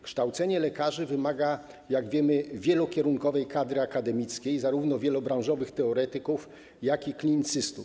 Kształcenie lekarzy wymaga, jak wiemy, wielokierunkowej kadry akademickiej, zarówno wielobranżowych teoretyków, jak i klinicystów.